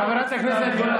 נא לשבת, חבר הכנסת קרעי.